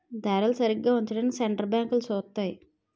ధరలు సరిగా ఉంచడానికి సెంటర్ బ్యాంకులు సూత్తాయి